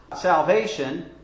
salvation